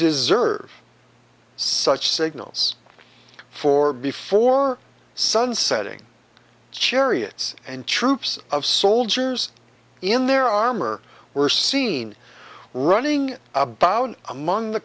deserve such signals for before sunset ing chariots and troops of soldiers in their armor were seen running about among the